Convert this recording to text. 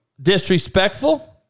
Disrespectful